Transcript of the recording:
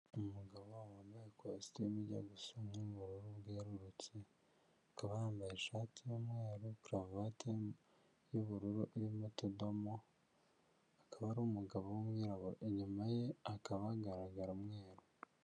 Umugabo wambaye ikositimu ijya gusa n'ubururu bwerurutse, akaba yambaye ishati y'umweru, karuvate y'ubururu irimo utodomo, akaba ari umugabo w'umwirabura. Inyuma ye hakaba hagaragara umweru.